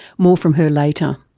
more from her later.